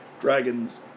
Dragons